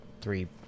three